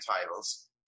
titles